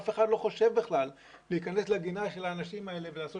אף אחד לא חושב בכלל להיכנס לגינה של האנשים האלה ולעשות